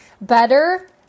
better